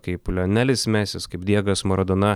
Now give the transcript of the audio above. kaip lionelis mesis kaip diegas maradona